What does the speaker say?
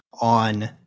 on